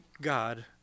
God